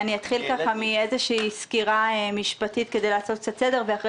אתחיל מסקירה משפטית כדי לעשות קצת סדר ואחרי